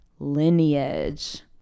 lineage